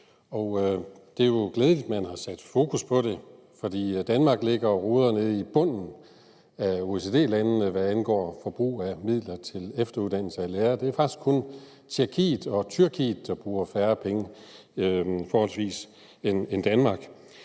og det er jo glædeligt, at man har sat fokus på det, for Danmark ligger og roder nede i bunden af OECD-landene, hvad angår forbrug af midler til efteruddannelse af lærere. Det er faktisk kun Tjekkiet og Tyrkiet, der bruger færre penge forholdsvis end Danmark.